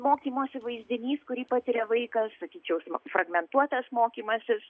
mokymosi vaizdinys kurį patiria vaikas sakyčiau fragmentuotas mokymasis